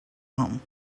home